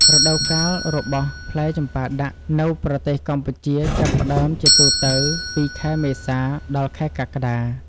រដូវកាលរបស់ផ្លែចម្ប៉ាដាក់នៅប្រទេសកម្ពុជាចាប់ផ្តើមជាទូទៅពី ខែមេសា ដល់ខែកក្កដា ។